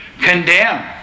condemn